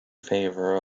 favour